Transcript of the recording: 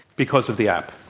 because of the app?